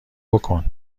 بکن